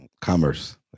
Commerce